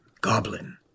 Goblin